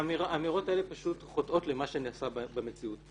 האמירות האלה חוטאות למה שנעשה במציאות.